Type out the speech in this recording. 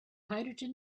hydrogen